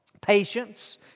Patience